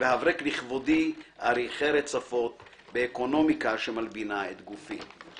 והברק לכבודי אריחי רצפות באקונומיקה שמלבינה את גופי".